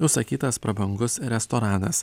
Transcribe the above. užsakytas prabangus restoranas